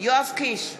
יואב קיש,